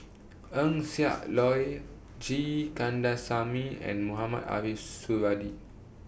Eng Siak Loy G Kandasamy and Mohamed Ariff Suradi